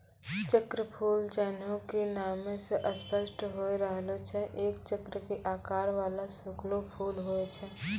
चक्रफूल जैन्हों कि नामै स स्पष्ट होय रहलो छै एक चक्र के आकार वाला सूखलो फूल होय छै